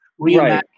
reimagine